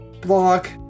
block